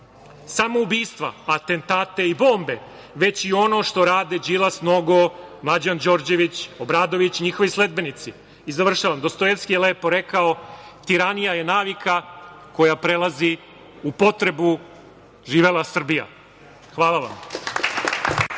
samo ubistva, atentate i bombe, već i ono što rade Đilas, Nogo, Mlađan Đorđević, Obradović i njihovi sledbenici. Završavam, Dostojevski je lepo rekao – tiranija je navika koja prelazi u potrebu. Živela Srbija. Hvala.